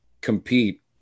compete